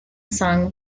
sung